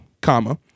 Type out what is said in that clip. comma